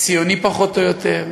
ציוני פחות או יותר.